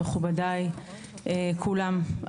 מכובדיי כולם,